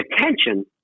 attention